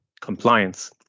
compliance